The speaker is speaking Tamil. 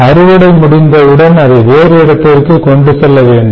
அறுவடை முடிந்தவுடன் அதை வேறு இடத்திற்கு கொண்டு செல்ல வேண்டும்